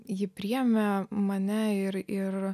ji priėmė mane ir ir